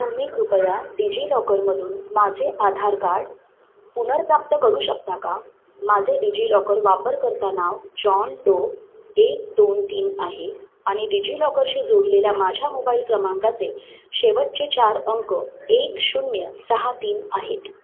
तुम्ही कृपया डिजिलॉकरमधून माझे आधार कार्ड पुनर्प्राप्त करू शकता का माझे डिजिलॉकर वापरकर्ता नाव जॉन डो एक दोन तीन आहे आणि डिजिलॉकरशी जोडलेल्या माझ्या मोबाईल क्रमांकाचे शेवटचे चार अंक एक शून्य सहा तीन आहेत